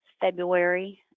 February